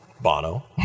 Bono